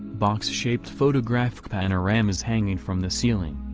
box-shaped photographic panoramas hanging from the ceiling.